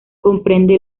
comprende